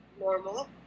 normal